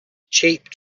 cheap